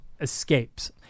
escapes